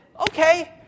okay